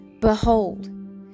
behold